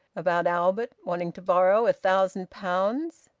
about albert wanting to borrow a thousand pounds?